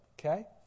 okay